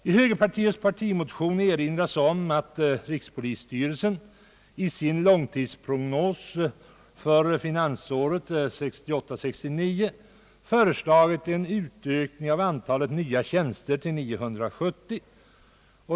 I högerpartiets partimotion erinras om att rikspolisstyrelsen i sin långtidsprognos för finansåret 1968/69 har föreslagit en utökning av antalet nya tjänster till 970.